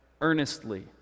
earnestly